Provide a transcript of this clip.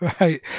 Right